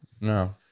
No